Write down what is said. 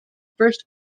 first